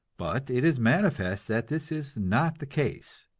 but it is manifest that this is not the case.